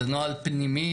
זה נוהל פנימי.